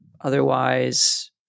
otherwise